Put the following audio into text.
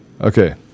Okay